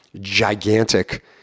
gigantic